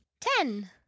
ten